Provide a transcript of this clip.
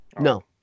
No